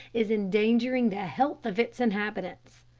is endangering the health of its inhabitants.